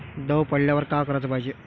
दव पडल्यावर का कराच पायजे?